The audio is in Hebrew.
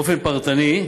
באופן פרטני,